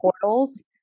portals